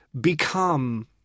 become